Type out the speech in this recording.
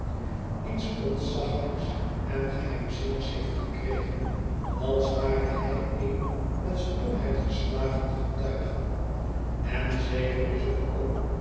iets ontzaglijks en geheimzinnigs heeft gekregen als ware hij een met stomheid geslagen getuige en zeker is het ook